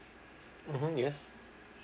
mmhmm yes